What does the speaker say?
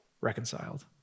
reconciled